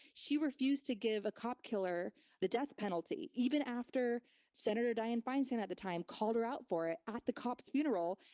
she refused to give a cop killer the death penalty, even after senator dianne feinstein at the time called her out for it at the cop's funeral.